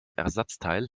ersatzteil